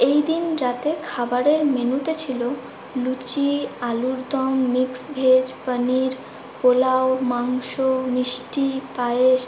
এই দিন রাতে খাবারের মেনুতে ছিলো লুচি আলুর দম মিক্স ভেজ পানির পোলাও মাংস মিষ্টি পায়েস